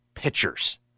pitchers